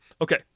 Okay